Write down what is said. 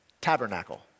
Tabernacle